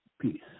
peace